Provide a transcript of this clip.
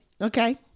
okay